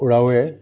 উৰাওৱে